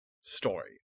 story